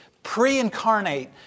pre-incarnate